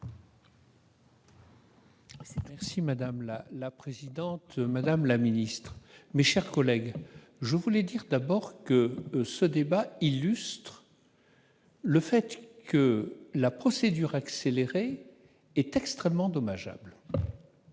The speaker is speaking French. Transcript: Merci madame la la présidente, Madame la Ministre, mes chers collègues, je voulais dire d'abord que ce débat illustres. Le fait que la procédure accélérée est extrêmement dommageable.